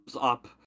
up